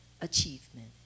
achievement